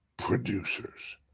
producers